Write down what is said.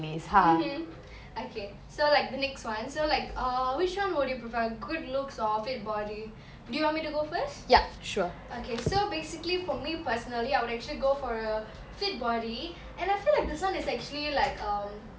mmhmm okay so like the next one so like err which one would you prefer good looks or fit body do you want me to go first okay so basically for me personally I would actually go for a fit body and I feel like this one is actually like um